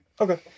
Okay